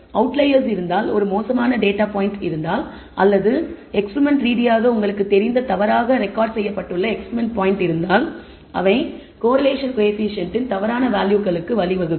outliers இருந்தால் ஒரு மோசமான டேட்டா பாயிண்ட் இருந்தால் அல்லது எக்ஸ்பெரிமெண்ட் ரீதியாக உங்களுக்குத் தெரிந்த தவறாக ரெக்கார்ட் செய்யப்பட்டுள்ள எக்ஸ்பெரிமெண்ட் பாயின்ட் இருந்தால் அவை கோரிலேஷன் கோயபிசியன்ட் இன் தவறான வேல்யூகளுக்கு வழிவகுக்கும்